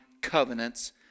covenants